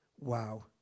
Wow